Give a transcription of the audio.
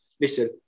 listen